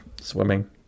swimming